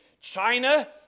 china